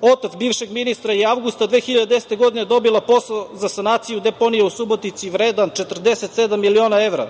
otac bivšeg ministra, je avgusta 2010. godine dobila posao za sanaciju deponije u Subotici, vredan 47 miliona evra,